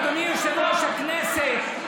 אדוני יושב-ראש הכנסת,